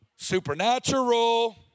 Supernatural